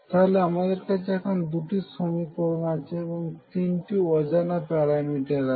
তাহলে আমাদের কাছে এখন দুটি সমীকরণ আছে এবং তিনটি অজানা প্যারামিটার আছে